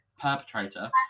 perpetrator